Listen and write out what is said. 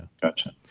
Gotcha